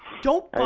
don't,